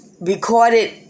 recorded